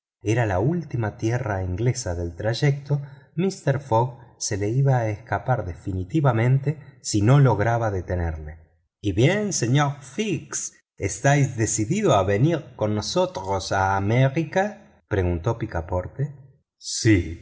era la última tierra inglesa del trayecto mister fogg se le iba a escapar definitivamente si no lograba retenerlo y bien señor fix estáis decidido a venir con nosotros a américa preguntó picaporte sí